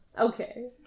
Okay